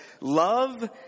love